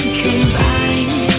combined